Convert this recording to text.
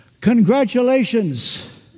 Congratulations